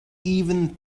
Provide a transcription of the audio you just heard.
even